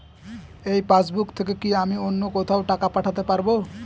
এই পাসবুক থেকে কি আমি অন্য কোথাও টাকা পাঠাতে পারব?